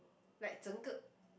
like 整个